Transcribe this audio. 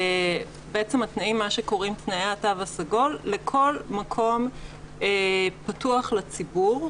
מה שקוראים לו "תנאי התו הסגול" לכל מקום פתוח לציבור.